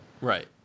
Right